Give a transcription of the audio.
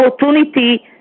opportunity